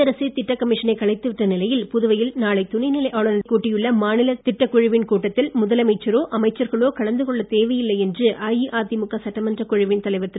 மத்திய அரசே திட்டக் கமிஷனைக் கலைத்துவிட்ட நிலையில் புதுவையில் நாளை துணைநிலை ஆளுனர் கூட்டியுள்ள மாநில திட்டக் குழுவின் கூட்டத்தில் முதலமைச்சரோ அமைச்சர்களோ கலந்துகொள்ளத் தேவையில்லை என்று அஇஅதிமுக சட்டமன்றக் குழுவின் தலைவர் திரு